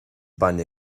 bainne